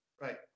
Right